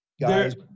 guys